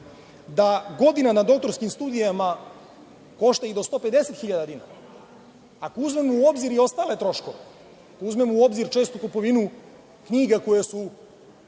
da godina na doktorskim studijama košta i do 150.000 dinara. Ako uzmemo u obzir i ostale troškove, ako uzmemo u obzir čestu kupovinu knjiga koje su